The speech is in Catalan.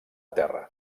terra